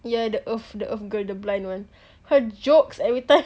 ya the earth the earth girl the blind [one] her jokes everytime